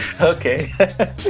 okay